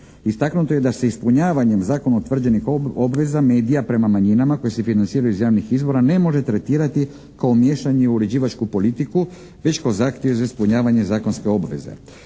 Istaknuto je da se ispunjavanjem zakonom utvrđenih obveza medija prema manjinama koje se financiraju iz javnih izvora ne može tretirati kao miješanje u uređivačku politiku već kao zahtjev za ispunjavanje zakonske obveze.